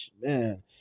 man